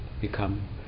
become